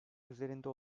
üzerinde